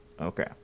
Okay